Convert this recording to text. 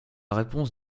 réponse